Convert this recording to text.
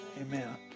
Amen